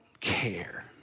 care